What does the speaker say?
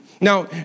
Now